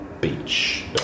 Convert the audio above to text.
beach